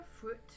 fruit